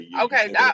okay